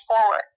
forward